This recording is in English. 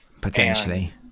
potentially